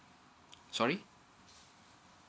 sorry